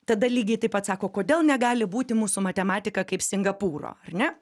tada lygiai taip pat sako kodėl negali būti mūsų matematika kaip singapūro ne